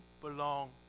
belong